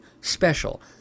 special